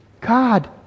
God